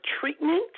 treatment